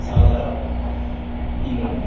Saudi Arab England